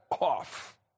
off